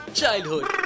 childhood